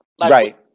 Right